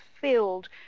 filled